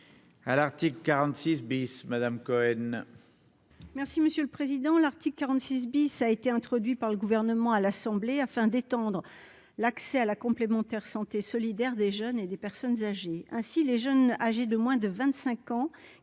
à l'article 46 bis Madame Cohen.